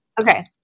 Okay